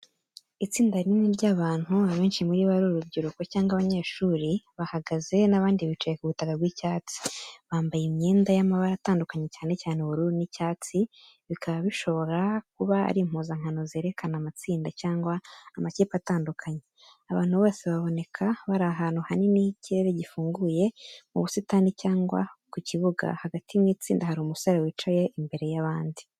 Itsinda rinini ry’abantu, abenshi muri bo ari urubyiruko cyangwa abanyeshuri, bahagaze n’abandi bicaye ku butaka bw’icyatsi. Bambaye imyenda y’amabara atandukanye cyane cyane ubururu n’icyatsi, bikaba bishobora kuba ari impuzankano zerekana amatsinda cyangwa amakipe atandukanye. Abantu bose baboneka bari ahantu hanini h’ikirere gifunguye, mu busitani cyangwa ku kibuga. Hagati mu itsinda hari umusore wicaye imbere y’abandi.